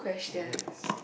relax